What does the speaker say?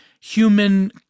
human